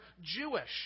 Jewish